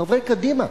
חברי קדימה,